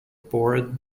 bored